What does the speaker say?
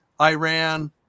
Iran